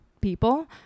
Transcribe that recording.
people